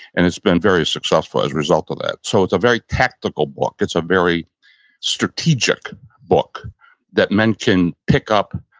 and it's been very successful as a result of that. so, it's a very tactical book. it's a very strategic book that men can pick up,